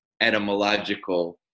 etymological